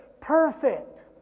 Perfect